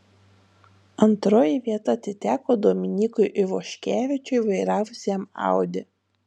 antroji vieta atiteko dominykui ivoškevičiui vairavusiam audi